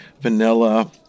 vanilla